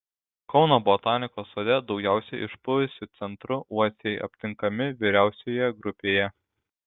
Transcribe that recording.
kauno botanikos sode daugiausiai išpuvusiu centru uosiai aptinkami vyriausioje grupėje